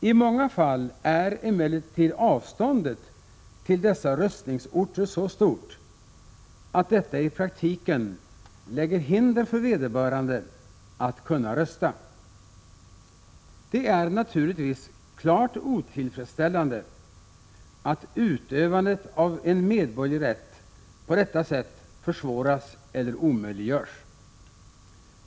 I många fall är emellertid avståndet till dessa röstningsorter så stort att detta i praktiken lägger hinder för vederbörande att kunna rösta. Det är naturligtvis klart otillfredsställande att utövandet av en medborgerlig rätt på detta sätt försvåras eller omöjliggörs.